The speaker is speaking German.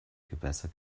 gewässer